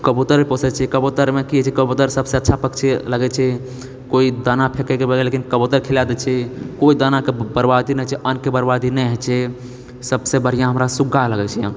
कबूतर भी पोषय छी कबूतरमे की होइत छै कबूतर सबसँ अच्छा पक्षी लगैत छै कोइ दाना फेकैएके बजाए कबूतरके खिलाए देई छी कोइ दानाके बर्बादी नहि होइत छै अन्नके बर्बादी नहि होइत छै सबसँ बढ़िआँ हमरा सुग्गा लगैत छै